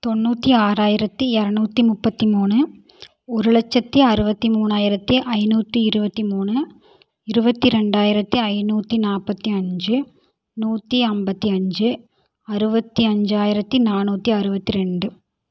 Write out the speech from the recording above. தொண்ணூற்றி ஆறாயிரத்தி இரநூத்தி முப்பத்தி மூணு ஒரு லட்சத்தி அறுபத்தி மூணாயிரத்தி ஐநூற்றி இருபத்தி மூணு இருபத்தி ரெண்டாயிரத்தி ஐநூற்றி நாற்பத்தி அஞ்சு நூற்றி அம்பத்தி அஞ்சு அறுபத்தி அஞ்சாயிரத்தி நானூற்றி அறுபத்து ரெண்டு